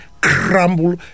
Crumble